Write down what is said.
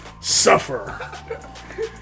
Suffer